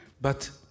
but-